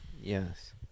Yes